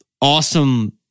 awesome